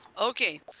Okay